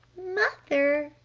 mother?